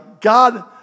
God